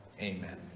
amen